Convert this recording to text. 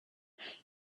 and